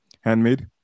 handmade